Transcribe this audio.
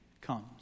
comes